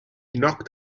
knocked